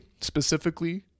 specifically